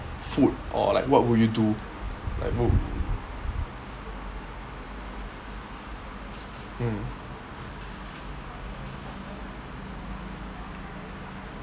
food or what would you do or mm